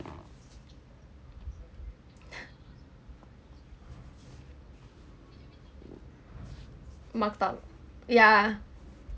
marked up yeah